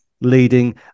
leading